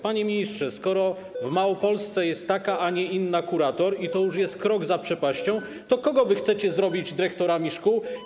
Panie ministrze, skoro w Małopolsce jest taka, a nie inna kurator, i to już jest krok nad przepaścią, to kogo wy chcecie zrobić dyrektorami szkół?